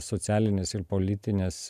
socialinės ir politinės